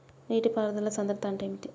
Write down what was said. నీటి పారుదల సంద్రతా అంటే ఏంటిది?